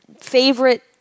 favorite